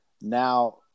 now